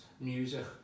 music